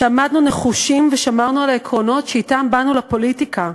ועמדנו נחושים ושמרנו על העקרונות שאתם באנו לפוליטיקה.